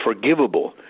forgivable